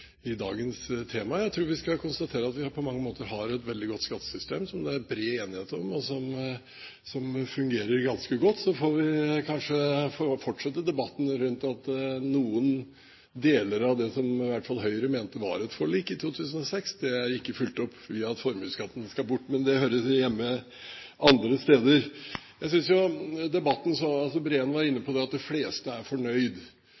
i dagens tema. Jeg tror vi skal konstatere at vi på mange måter har et veldig godt skattesystem, som det er bred enighet om, og som fungerer ganske godt. Så får vi kanskje fortsette debatten rundt det at noen deler av det som i hvert fall Høyre mente var et forlik i 2006, ikke er fulgt opp ved at formuesskatten skal bort. Men det hører hjemme andre steder. Breen var inne på at de fleste er fornøyd.